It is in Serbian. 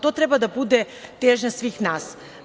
To treba da bude težnja svih nas.